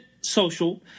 social